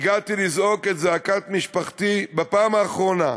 הגעתי לזעוק את זעקת משפחתי בפעם האחרונה,